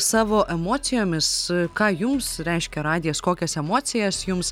savo emocijomis ką jums reiškia radijas kokias emocijas jums